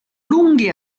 lunghi